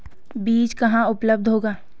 बीज कहाँ उपलब्ध होगा?